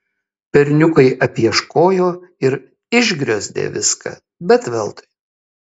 berniukai apieškojo ir išgriozdė viską bet veltui